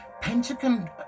Pentagon